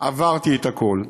עברתי את הכול.